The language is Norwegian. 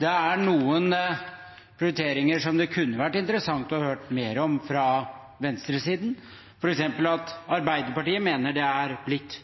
Det er noen prioriteringer som det kunne vært interessant å høre mer om fra venstresiden, f.eks. at Arbeiderpartiet mener det er blitt